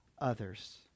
others